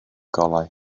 golau